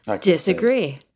Disagree